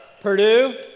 Purdue